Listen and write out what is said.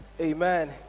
Amen